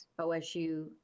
OSU